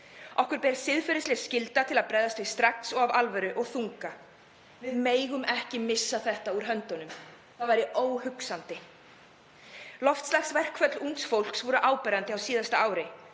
Okkur ber siðferðisleg skylda til að bregðast við strax og af alvöru og þunga. Við megum ekki missa þetta úr höndunum, það væri óhugsandi. Loftslagsverkföll ungs fólks voru áberandi á síðasta ári